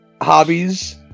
hobbies